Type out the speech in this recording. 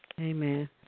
Amen